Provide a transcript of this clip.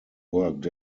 worked